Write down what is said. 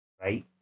right